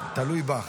תלוי בך.